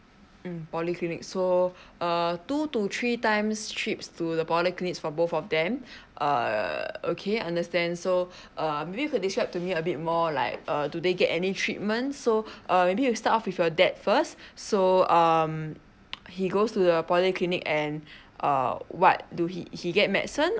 mm polyclinic so err two to three times trips to the polyclinic for both of them uh okay understand so um you could describe to me a bit more like uh do they get any treatment so uh maybe you start of with your dad first so um he goes to the polyclinic and uh what do he he get medicine